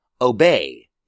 Obey